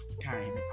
time